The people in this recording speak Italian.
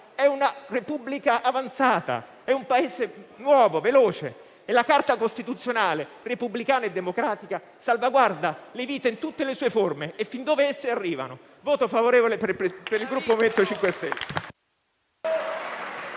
è una Repubblica avanzata, è un Paese nuovo, veloce. La Carta costituzionale, repubblicana e democratica, salvaguarda le vite in tutte le sue forme, fin dove esse arrivano. Annuncio pertanto il voto favorevole per il Gruppo MoVimento 5 Stelle.